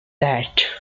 that